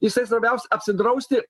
jisai svarbiausia apsidrausti